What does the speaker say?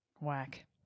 whack